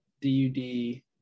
D-U-D